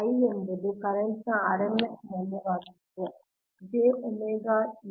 I ಎಂಬುದು ಕರೆಂಟ್ನ RMS ಮೌಲ್ಯವಾಗಿರುತ್ತದೆ